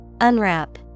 Unwrap